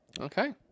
Okay